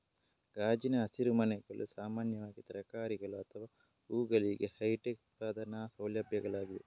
ಗಾಜಿನ ಹಸಿರುಮನೆಗಳು ಸಾಮಾನ್ಯವಾಗಿ ತರಕಾರಿಗಳು ಅಥವಾ ಹೂವುಗಳಿಗೆ ಹೈಟೆಕ್ ಉತ್ಪಾದನಾ ಸೌಲಭ್ಯಗಳಾಗಿವೆ